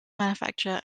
manufacture